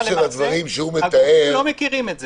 הם לא מכירים את זה.